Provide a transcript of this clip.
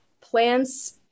plants